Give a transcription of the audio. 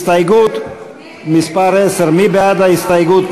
הסתייגות מס' 10, מי בעד ההסתייגות?